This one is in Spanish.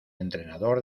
entrenador